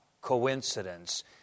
coincidence